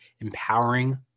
empowering